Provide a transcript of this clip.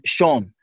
Sean